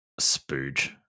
Spooge